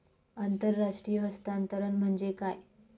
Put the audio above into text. आंतरराष्ट्रीय हस्तांतरण म्हणजे काय?